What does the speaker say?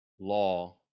law